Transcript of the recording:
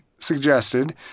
suggested